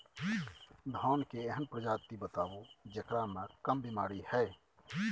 धान के एहन प्रजाति बताबू जेकरा मे कम बीमारी हैय?